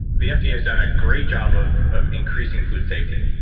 the fda's done a great job of of increasing food safety.